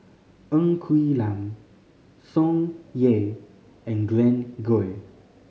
Ng Quee Lam Tsung Yeh and Glen Goei